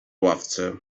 ławce